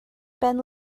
ben